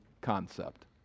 concept